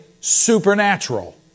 supernatural